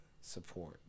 support